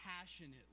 Passionately